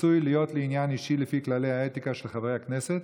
עשוי להיות לי עניין אישי לפי כללי האתיקה של חברי הכנסת,